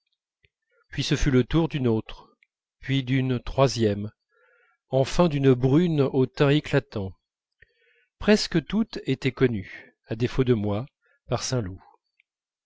puis ce fut le tour d'une autre puis d'une troisième enfin d'une brune au teint éclatant presque toutes étaient connues à défaut de moi par saint loup